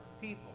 people